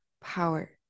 power